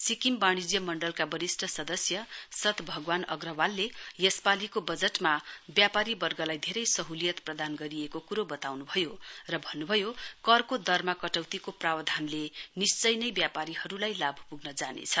सिक्किम वाणिज्य मण्डलका वरिष्ठ सदस्य भगवान् अग्रवालले यस पालीको बजटमा व्यापारी वर्गलाई धेरै सहलियत प्रदान गरिएको कुरो बताउनु भयो र भन्नु भयो करको दरमा कटौतीको प्रावधानले निश्चय नै व्यापारीहरूलाई लाभ पुग्न जानेछ